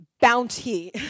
bounty